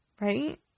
right